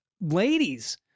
ladies